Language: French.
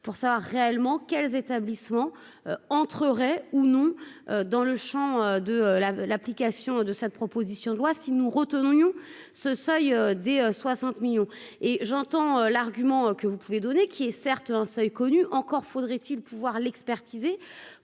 pour savoir réellement quels établissements entrerait ou non dans le Champ de la l'application de cette proposition de loi si nous retenons retournions ce seuil des 60 millions et j'entends l'argument que vous pouvez donner, qui est certes un seuil connu encore faudrait-il pouvoir l'expertiser